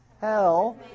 hell